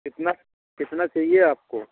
कितना कितना चाहिए आपको